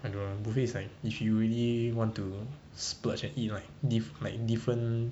I don't know uh buffet is like if you really want to splurge and eat right diff~ like different